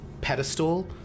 pedestal